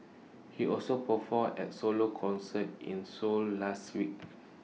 he also performed at solo concerts in Seoul last week